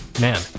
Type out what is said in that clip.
Man